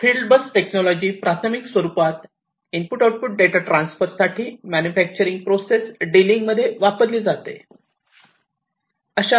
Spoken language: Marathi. फील्ड बस टेक्नॉलॉजी प्राथमिक स्वरूपात इनपुट आउटपुट डेटा ट्रान्सफर साठी मॅन्युफॅक्चरिंग प्रोसेस डीलिंग मध्ये वापरली जाते